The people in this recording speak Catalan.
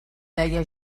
deia